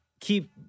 keep